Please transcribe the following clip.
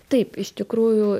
taip iš tikrųjų